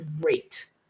great